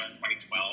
2012